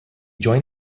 joined